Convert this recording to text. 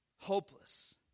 Hopeless